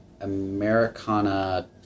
Americana